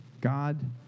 God